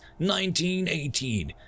1918